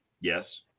Yes